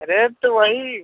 अरे तो वही